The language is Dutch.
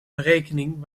berekening